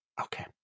okay